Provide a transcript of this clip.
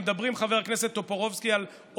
הם מדברים, חבר הכנסת טופורובסקי, על אוטוקרטיה.